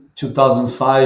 2005